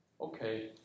Okay